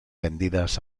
vendidas